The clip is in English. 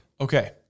Okay